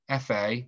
fa